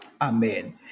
Amen